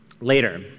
later